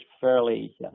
fairly